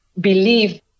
believe